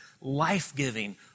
life-giving